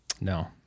No